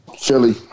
Philly